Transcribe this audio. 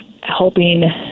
helping